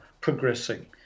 progressing